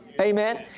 Amen